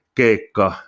keikka